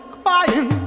crying